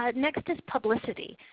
ah next is publicity,